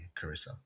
Carissa